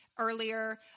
Earlier